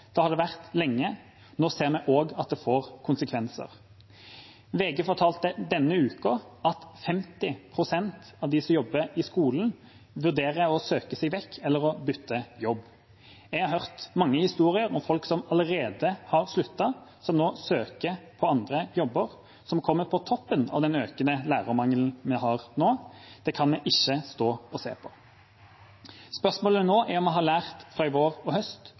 har det vært lenge. Nå ser vi også at det får konsekvenser. VG fortalte denne uka at 50 pst. av dem som jobber i skolen, vurderer å søke seg vekk eller bytte jobb. Jeg har hørt mange historier om folk som allerede har sluttet, som nå søker på andre jobber, og det kommer på toppen av den økende lærermangelen vi har nå. Det kan vi ikke stå og se på. Spørsmålet nå er om vi har lært fra i vår og i høst,